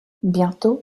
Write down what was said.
bientôt